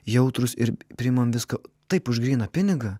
jautrūs ir priimam viską taip už gryną pinigą